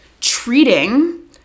treating